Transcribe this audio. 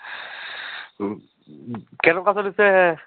কেনেকুৱা চলিছে